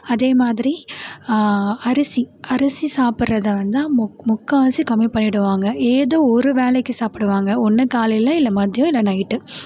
அதே மாதிரி அரிசி அரிசி சாப்பிடறத வந்து முக்கால்வாசி கம்மி பண்ணிடுவாங்கள் ஏதோ ஒரு வேலைக்கு சாப்பிடுவாங்க ஒன்று காலையில் இல்லை மதியம் இல்லை நைட்டு